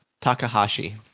Takahashi